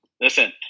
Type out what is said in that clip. Listen